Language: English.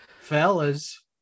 fellas